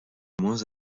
moins